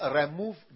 remove